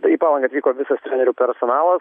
tai į palangą atvyko visas trenerių personalas